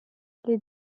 les